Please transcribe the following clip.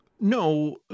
No